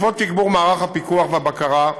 בעקבות תגבור מערך הפיקוח והבקרה,